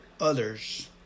others